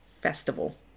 Festival